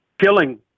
killing